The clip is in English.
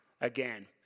again